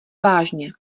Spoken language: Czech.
vážně